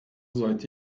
seid